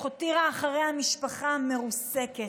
אך הותירה אחריה משפחה מרוסקת.